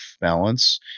balance